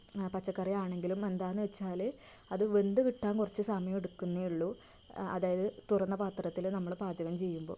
പച്ചക്കറി ആണെങ്കിലും എന്താണെന്ന് വെച്ചാല് അത് വെന്ത് കിട്ടാൻ കുറച്ച് സമയം എടുക്കുമെന്നെ ഉള്ളു അതായത് തുറന്ന പാത്രത്തില് നമ്മള് പാചകം ചെയ്യുമ്പോൾ